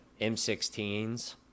M16s